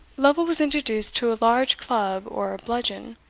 lovel was introduced to a large club, or bludgeon,